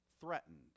threatened